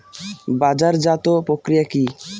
বাজারজাতও প্রক্রিয়া কি?